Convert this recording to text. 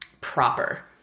proper